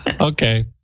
Okay